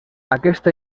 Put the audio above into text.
aquesta